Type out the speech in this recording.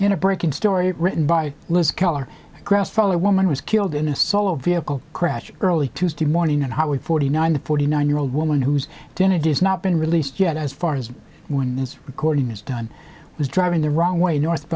in a breaking story written by liz keller grass follow a woman was killed in a solo vehicle crash early tuesday morning and howard forty nine the forty nine year old woman whose identity has not been released yet as far as when this recording was done was driving the wrong way north